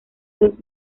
dos